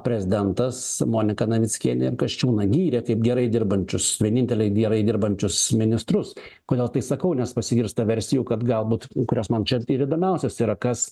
prezidentas moniką navickienę ir kasčiūną gyrė kaip gerai dirbančius vieninteliai gerai dirbančius ministrus kodėl tai sakau nes pasigirsta versijų kad galbūt kurios man čia ir įdomiausios yra kas